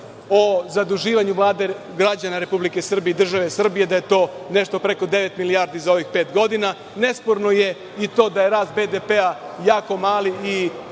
o zaduživanju Vlade, građana Republike Srbije i države Srbije, da je to nešto preko devet milijardi za ovih pet godina. Nesporno je i to da je rast BDP-a jako mali i